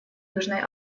южной